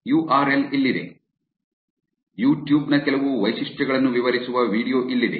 you R L ಇಲ್ಲಿದೆ YouTube ನ ಕೆಲವು ವೈಶಿಷ್ಟ್ಯಗಳನ್ನು ವಿವರಿಸುವ ವೀಡಿಯೊ ಇಲ್ಲಿದೆ